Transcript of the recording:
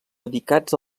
dedicats